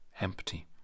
empty